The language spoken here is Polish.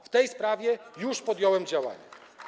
W tej sprawie już podjąłem działania.